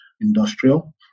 industrial